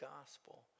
gospel